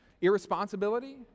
Irresponsibility